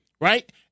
right